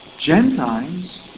Gentiles